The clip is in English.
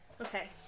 Okay